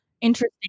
interesting